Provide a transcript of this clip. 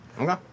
Okay